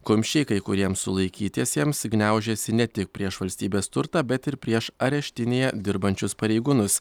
kumščiai kai kuriems sulaikytiesiems gniaužiasi ne tik prieš valstybės turtą bet ir prieš areštinėje dirbančius pareigūnus